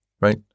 right